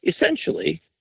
essentially